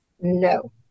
no